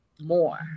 more